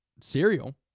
cereal